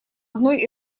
одной